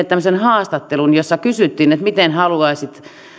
tämmöisen haastattelun jossa kysyttiin miten haluaisit